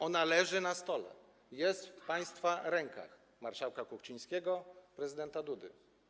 Ona leży na stole, jest w państwa rękach, marszałka Kuchcińskiego, prezydenta Dudy.